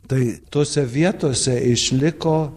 tai tose vietose išliko